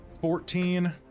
fourteen